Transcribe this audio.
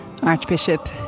Archbishop